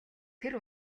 тэр